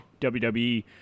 wwe